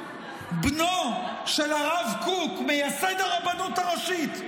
בנו של הרב קוק מייסד הרבנות הראשית,